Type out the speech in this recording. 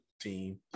team